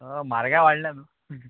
म्हारगाय वाडल्या न्हू